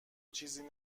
چیزی